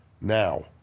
Now